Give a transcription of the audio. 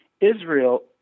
Israel